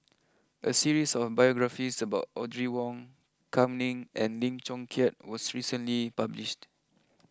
a series of biographies about Audrey Wong Kam Ning and Lim Chong Keat was recently published